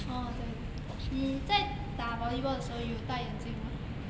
orh 对对对你在打 volleyball 的时候有戴眼镜吗